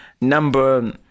number